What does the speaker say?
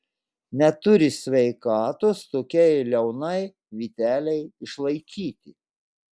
neturi sveikatos tokiai liaunai vytelei išlaikyti